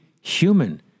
human